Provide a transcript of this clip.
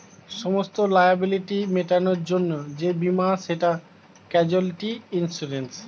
সমস্ত লায়াবিলিটি মেটাবার জন্যে যেই বীমা সেটা ক্যাজুয়ালটি ইন্সুরেন্স